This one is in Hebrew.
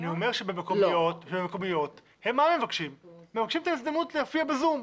הם מבקשים את ההזדמנות להופיע ב"זום".